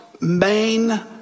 main